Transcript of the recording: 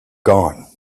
gone